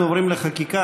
אנחנו עוברים לחקיקה.